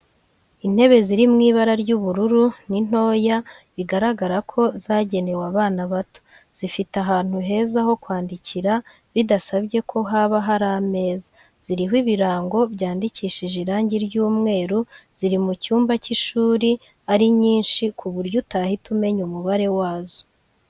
Intebe ziri mu ibara ry'ubururu ni ntoya bigaragara ko zagenewe abana bato, zifite ahantu heza ho kwandikira bidasabye ko haba hari ameza, ziriho ibirango byandikishije irangi ry'umweru ziri mu cyumba cy'ishuri ari nyinshi ku buryo utahita umenya umubare wazo.